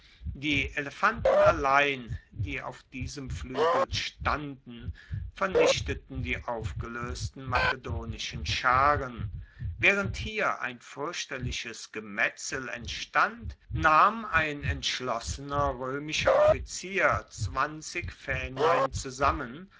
die elefanten allein die auf diesem fluegel standen vernichteten die aufgeloesten makedonischen scharen waehrend hier ein fuerchterliches gemetzel entstand nahm ein entschlossener roemischer offizier zwanzig faehnlein zusammen